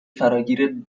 فراگیر